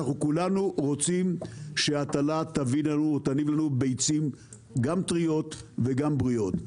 כולנו רוצים שההטלה תניב לנו ביצים גם טריות וגם בריאות.